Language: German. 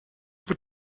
wird